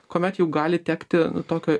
kuomet jau gali tekti tokio